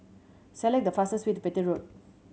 select the fastest way to Petir Road